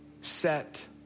set